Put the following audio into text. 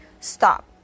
stop